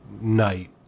night